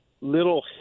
little